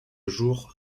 jour